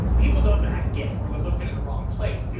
people don't know how to get it or they're looking in the wrong place.